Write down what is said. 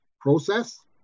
process